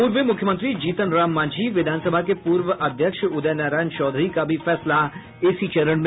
पूर्व मुख्यमंत्री जीतन राम मांझी विधानसभा के पूर्व अध्यक्ष उदय नारायण चौधरी का भी फैसला इसी चरण में